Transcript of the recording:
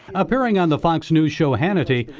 appearing on the fox news show hannity,